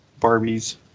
Barbies